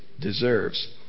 deserves